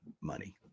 money